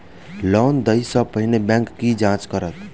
Loan देय सा पहिने बैंक की जाँच करत?